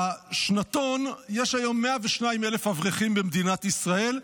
השנתון, יש היום 102,000 אברכים במדינת ישראל.